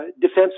defense